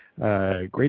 great